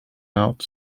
out